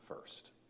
first